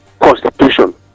constitution